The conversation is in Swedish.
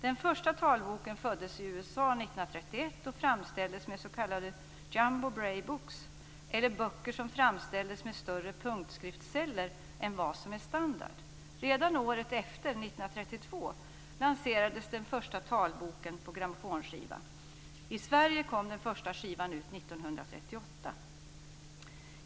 Den första talboken föddes i USA år 1931 och framställdes med s.k. jumbo braille books, böcker som framställdes med större punktskriftsceller än vad som är standard. Redan året efter, 1932, lanserades den första talboken på grammofonskiva. I Sverige kom den första skivan ut år 1938.